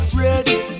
ready